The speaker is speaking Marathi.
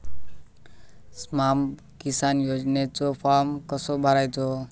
स्माम किसान योजनेचो फॉर्म कसो भरायचो?